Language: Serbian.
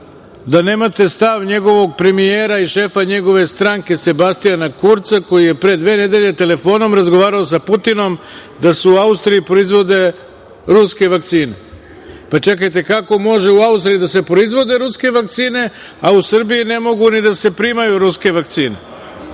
da nemate stav njegovog premijera i šefa njegove stranke Sebastijana Kurca koji je pre dve nedelje telefonom razgovarao sa Putinom da se u Austriji proizvode ruske vakcine. Čekajte, kako može u Austriji da se proizvode ruske vakcine, a u Srbiji ne mogu ni da se primaju ruske vakcine? Shodno